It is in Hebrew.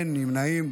אין נמנעים.